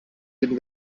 den